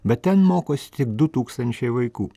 bet ten mokosi tik du tūkstančiai vaikų